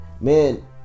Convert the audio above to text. Man